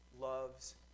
loves